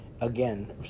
again